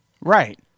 right